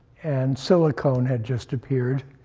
and silicone had just appeared,